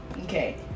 okay